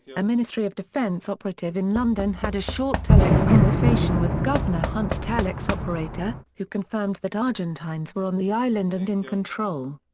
a ministry of defence operative in london had a short telex conversation with governor hunt's telex operator, who confirmed that argentines were on the island and in control.